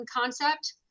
concept